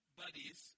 buddies